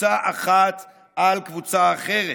קבוצה אחת על קבוצה אחרת.